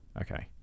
okay